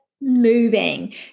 moving